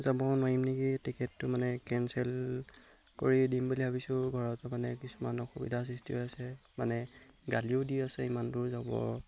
যাব নোৱাৰিম নেকি টিকেটটো মানে কেঞ্চেল কৰিয়ে দিম বুলি ভাবিছোঁ ঘৰতো মানে কিছুমান অসুবিধাৰ সৃষ্টি হৈ আছে মানে গালিও দি আছে ইমান দূৰ যাব